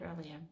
earlier